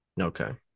Okay